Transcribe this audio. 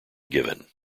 given